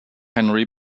henry